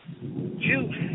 juice